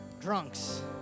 drunks